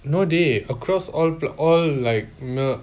no dey across all all like uh